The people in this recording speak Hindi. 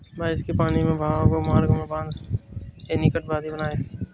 बारिश के पानी के बहाव के मार्ग में बाँध, एनीकट आदि बनाए